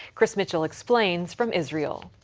chris mitchell explains from israel.